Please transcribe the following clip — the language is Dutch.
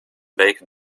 beken